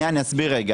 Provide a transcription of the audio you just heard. אני אסביר.